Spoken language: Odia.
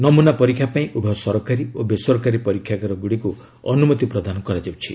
ନମ୍ରନା ପରୀକ୍ଷା ପାଇଁ ଉଭୟ ସରକାରୀ ଓ ବେସରକାରୀ ପରୀକ୍ଷାଗାରଗୁଡ଼ିକୁ ଅନୁମତି ପ୍ରଦାନ କରାଯାଉଛି